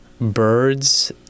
birds